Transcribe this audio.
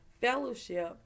fellowship